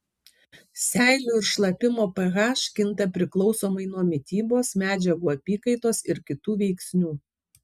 seilių ir šlapimo ph kinta priklausomai nuo mitybos medžiagų apykaitos ir kitų veiksnių